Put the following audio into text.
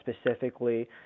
specifically